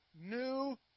new